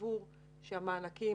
סבור שהמענקים,